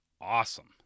awesome